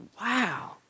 Wow